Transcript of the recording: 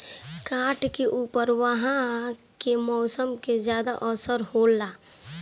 काठ के ऊपर उहाँ के मौसम के ज्यादा असर होला